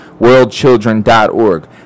worldchildren.org